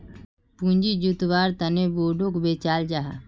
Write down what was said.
पूँजी जुत्वार तने बोंडोक बेचाल जाहा